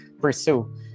pursue